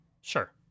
sure